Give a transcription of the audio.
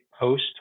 post